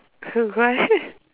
!huh! why